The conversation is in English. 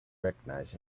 recognize